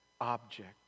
object